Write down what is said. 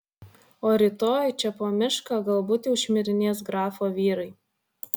o rytoj čia po mišką galbūt jau šmirinės grafo vyrai